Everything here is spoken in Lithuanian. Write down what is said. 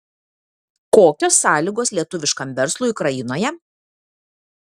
kokios sąlygos lietuviškam verslui ukrainoje